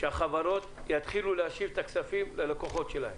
שהחברות יתחילו להשיב את הכספים ללקוחות שלהן.